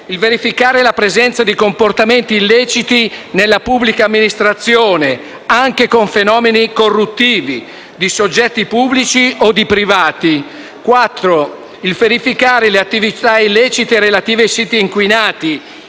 verificare la presenza di comportamenti illeciti nella pubblica amministrazione anche con fenomeni corruttivi di soggetti pubblici o di privati; verificare le attività illecite relative ai siti inquinati,